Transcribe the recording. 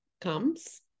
comes